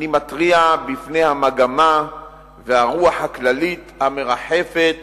אני מתריע על המגמה והרוח הכללית המרחפת